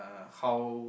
uh how